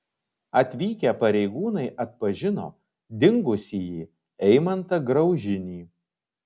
atvykę pareigūnai atpažino dingusįjį eimantą graužinį